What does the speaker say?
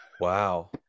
Wow